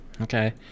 Okay